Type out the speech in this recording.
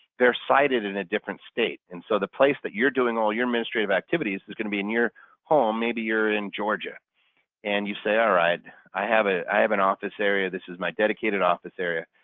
they're sited in a different state and so the place that you're doing all your administrative activities is going to be in your home. maybe you're in georgia and you say alright, i have ah i have an office area. this is my dedicated office area.